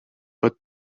but